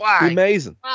Amazing